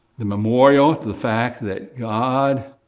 the memorial to the fact that god